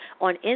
on